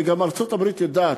וגם ארצות-הברית יודעת,